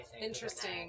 Interesting